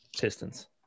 Pistons